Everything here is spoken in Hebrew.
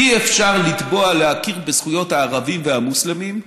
אי-אפשר לתבוע להכיר בזכויות הערבים והמוסלמים,